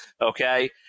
Okay